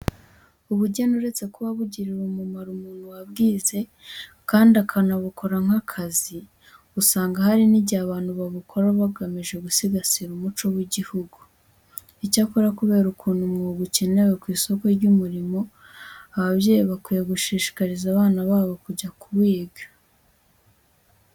Ubugeni uretse kuba bugirira umumaro umuntu wabwize kandi akabukora nk'akazi, usanga hari n'igihe abantu babukora bagamize gusigasira umuco w'igihugu. Icyakora kubera ukuntu uyu mwuga ukenewe ku isoko ry'umurimo, ababyeyi bakwiye gushishikariza abana babo kujya kuwiga.